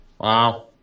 Wow